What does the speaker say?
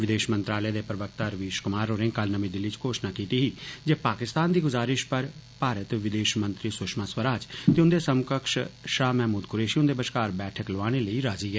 विदेश मंत्रालय दे प्रवक्ता रवीश कुमार होरें कल नमीं दिल्ली च घोषणा कीत्ती ही जे पाकिस्तान दी गुजारिश पर भारत विदेश मंत्री सुषमा स्वराज ते उन्दे समकक्ष शाह महमूद कुरैशी हुन्दे बश्कार बैठक लोआने लेई राजी ऐ